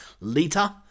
Lita